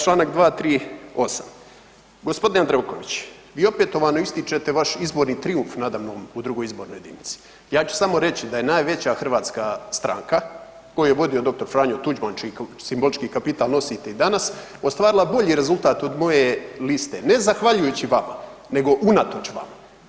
Članak 238. gospodine Jandroković vi opetovano ističete vaš izborni trijumf nadamnom u 2. izbornoj jedinici, ja ću samo reći da je najveća hrvatska stranka koju je vodio dr. Franjo Tuđman čiji simbolički kapital nosite i danas ostvarila bolji rezultat od moje liste ne zahvaljujući vama nego unatoč vama.